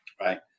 Right